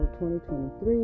2023